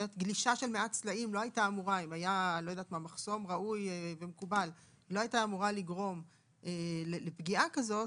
גלישת סלעים ולא היה מחסום שאמור להיות שם,